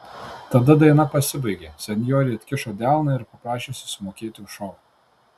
tada daina pasibaigė senjorė atkišo delną ir paprašė susimokėti už šou